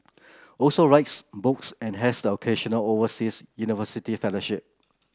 also writes books and has the occasional overseas university fellowship